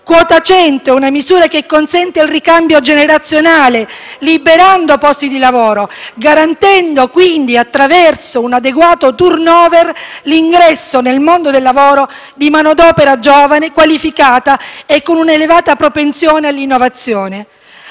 Quota 100 è una misura che consente il ricambio generazionale liberando posti di lavoro, garantendo quindi attraverso un adeguato *turnover* l'ingresso nel mondo del lavoro di manodopera giovane, qualificata e con una elevata propensione all'innovazione.